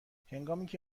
هنگامیکه